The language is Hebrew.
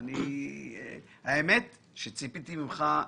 האמת שציפיתי ממך.